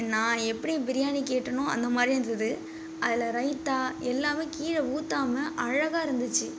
நான் எப்படி பிரியாணி கேட்டேனோ அந்தமாதிரி இருந்துது அதில் ரைத்தா எல்லாமே வந்து கீழே ஊற்றாம அழகாக இருந்துச்சு